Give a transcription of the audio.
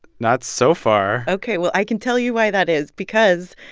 not so far ok. well, i can tell you why that is because,